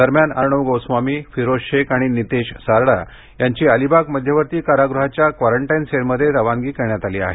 दरम्यान अर्णब गोस्वामी फिरोज शेख आणि नितेश सारडा यांची अलिबाग मध्यवर्ती कारागृहाच्या क्वारंटाईन सेलमध्ये रवानगी करण्यात आली आहे